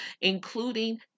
including